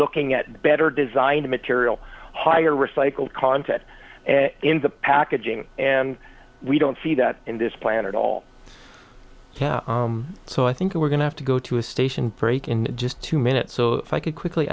looking at better designed material higher recycled content in the packaging and we don't see that in this plan at all so i think we're going to have to go to a station break in just two minutes so i can quickly